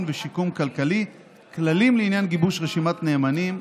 ושיקום כלכלי (כללים לעניין גיבוש רשימת נאמנים),